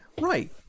Right